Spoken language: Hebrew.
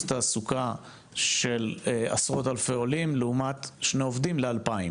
תעסוקה של עשרות אלפי עולים לעומת שני עובדים ל-2,000.